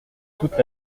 toute